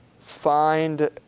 find